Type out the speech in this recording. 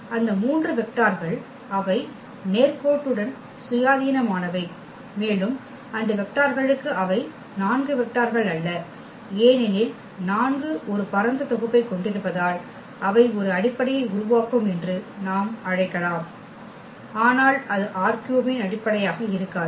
எனவே அந்த 3 வெக்டார்கள் அவை நேர்கோட்டுடன் சுயாதீனமானவை மேலும் அந்த வெக்டார்களுக்கு அவை 4 வெக்டார்கள் அல்ல ஏனெனில் 4 ஒரு பரந்த தொகுப்பை கொண்டிருப்பதால் அவை ஒரு அடிப்படையை உருவாக்கும் என்று நாம் அழைக்கலாம் ஆனால் அது ℝ3 இன் அடிப்படையாக இருக்காது